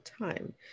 time